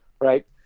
Right